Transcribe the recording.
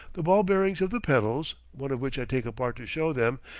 the ball-bearings of the pedals, one of which i take apart to show them,